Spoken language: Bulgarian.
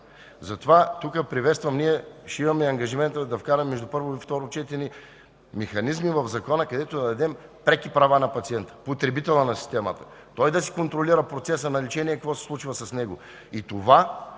Затова тук приветствам, ще имаме ангажимента да вкараме между първо и второ четене механизми в Закона, където да дадем преки права на пациента на потребителя на системата, той да си контролира процеса на лечение, какво се случва с него.